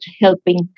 helping